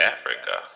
Africa